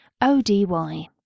ODY